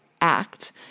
act